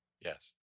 Yes